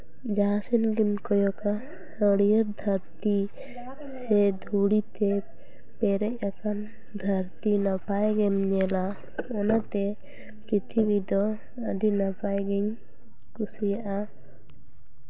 ᱡᱟᱦᱟᱸ ᱥᱮᱱ ᱜᱮᱢ ᱠᱚᱭᱚᱜᱟ ᱦᱟᱹᱨᱭᱟᱹᱲ ᱫᱷᱟᱹᱨᱛᱤ ᱥᱮ ᱫᱷᱩᱲᱤ ᱛᱮ ᱯᱮᱨᱮᱡ ᱟᱠᱟᱱ ᱫᱷᱟᱹᱨᱛᱤ ᱱᱟᱯᱟᱭ ᱜᱮᱢ ᱧᱮᱞᱟ ᱚᱱᱟᱛᱮ ᱯᱨᱤᱛᱷᱤᱵᱤ ᱫᱚ ᱟᱹᱰᱤ ᱱᱟᱯᱟᱭ ᱜᱤᱧ ᱠᱩᱥᱤᱭᱟᱜᱼᱟ